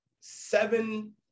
seven